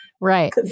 Right